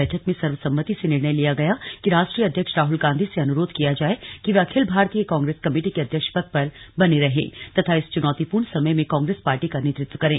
बैठक में सर्वसम्मति से निर्णय लिया गया कि राष्ट्रीय अध्यक्ष राहल गांधी से अनुरोध किया जाए कि वे अखिल भारतीय कांग्रेस कमेटी के अध्यक्ष पद पर बने रहें तथा इस चुनौतीपूर्ण समय में कांग्रेस पार्टी का नेतृत्व करें